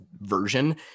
version